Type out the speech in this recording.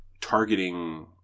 targeting